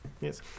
yes